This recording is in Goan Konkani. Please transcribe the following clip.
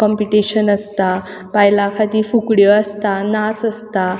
कंपिटिशन आसता बायलां खातीर फुगड्यो आसता नाच आसता